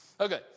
okay